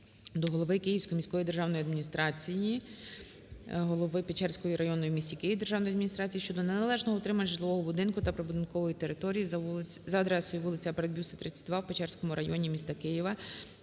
до голови Київської міської державної адміністрації, голови Печерської районної в місті Києві державної адміністрації щодо неналежного утримання житлового будинку та прибудинкової території за адресою: вулиця Барбюса, 32 в Печерському районі міста Києва